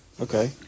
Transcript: okay